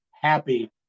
happy